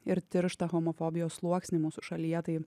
ir tirštą homofobijos sluoksnį mūsų šalyje tai